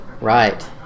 Right